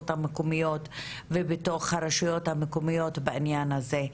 המקומיות ובתוך הרשויות המקומיות בעניין הזה.